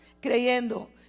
creyendo